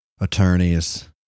attorneys